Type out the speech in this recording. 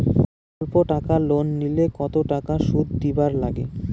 অল্প টাকা লোন নিলে কতো টাকা শুধ দিবার লাগে?